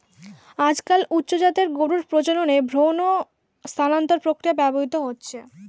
আজকাল উচ্চ জাতের গরুর প্রজননে ভ্রূণ স্থানান্তর প্রক্রিয়া ব্যবহৃত হচ্ছে